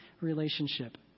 relationship